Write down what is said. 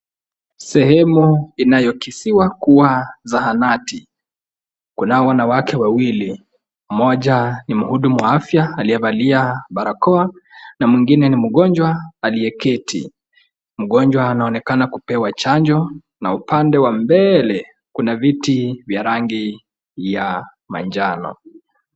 Sehemu inayokisiwa kuwa zahanati. Kunao wanawake wawili. Mmoja ni mhudumu wa afya aliyevalia barakoa na mwingine ni mgonjwa aliyeketi. Mgonjwa anaonekana kupewa chanjo na upande wa mbele kuna viti vya rangi ya manjano.